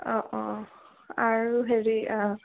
অ' অ' আৰু হেৰি